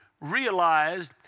realized